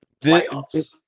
Playoffs